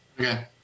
okay